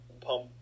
pump